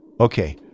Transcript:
Okay